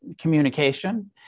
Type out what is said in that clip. communication